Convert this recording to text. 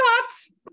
thoughts